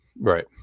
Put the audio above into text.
Right